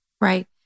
right